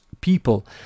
people